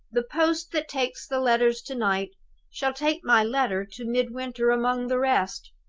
the post that takes the letters to-night shall take my letter to midwinter among the rest.